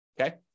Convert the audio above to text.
Okay